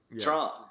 Trump